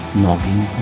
knocking